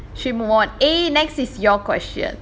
eh next is your question